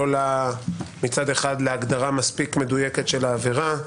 לא מצד אחד להגדרה מספיק מדויקת של העבירה,